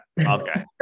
Okay